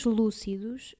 lúcidos